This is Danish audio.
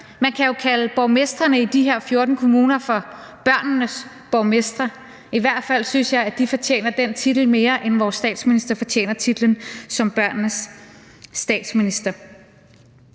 Man kan jo kalde borgmestrene i de her 14 kommuner for børnenes borgmestre, i hvert fald synes jeg, at de fortjener den titel mere, end vores statsminister fortjener titlen som børnenes statsminister.